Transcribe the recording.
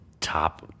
top